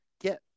get